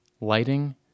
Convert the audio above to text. lighting